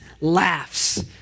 laughs